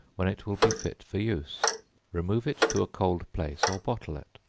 when it will be fit for use remove it to a cold place, or bottle it.